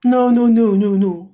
no no no no no